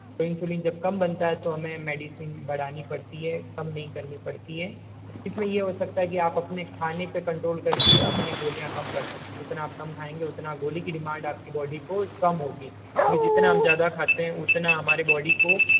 तो इंसुलिन जब कम बनता है तो हमें मेडिसिन बढ़ानी पड़ती है कम नहीं करनी पड़ती है इसमें यह हो सकता है कि आप अपने खाने खाने पर कंट्रोल करके अपनी गोलियाँ कम कर सकते हैं जितना आप कम खाएंगे उतना गोली की डिमांड आप की बॉडी को कम होगी क्योंकि जितना हम ज़्यादा खाते हैं उतना हमारे बॉडी को ज़्यादा ज़रूरत होती है